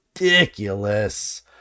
ridiculous